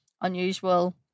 unusual